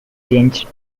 changed